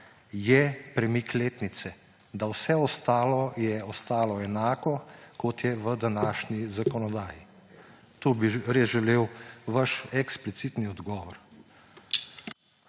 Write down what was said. je premik letnice, da vse ostalo je ostalo enako, kot je v današnji zakonodaji. Tu bi res želel vaš eksplicitni odgovor.